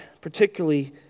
particularly